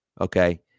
Okay